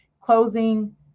closing